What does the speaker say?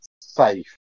safe